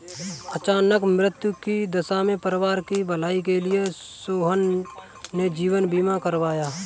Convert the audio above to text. अचानक मृत्यु की दशा में परिवार की भलाई के लिए सोहन ने जीवन बीमा करवाया